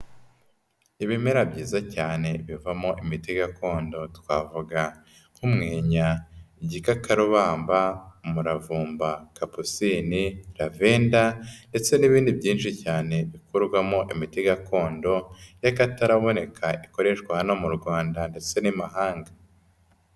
Ibimera byiza cyane bivamo imiti gakondo twavuga nk'umwenya, igikakarubamba, umuravumba, kapusini, lavender ndetse n'ibindi byinshi cyane bikorwamo imiti gakondo y'akataraboneka ikoreshwa hano mu Rwanda ndetse n'imahanga.